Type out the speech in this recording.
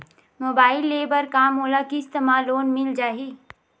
Mobile ले बर का मोला किस्त मा लोन मिल जाही?